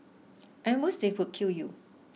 at most they could kill you